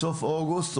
בסוף אוגוסט,